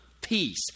peace